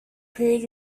period